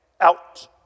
out